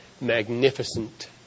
magnificent